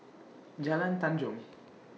Jalan Tanjong